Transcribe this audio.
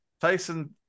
Tyson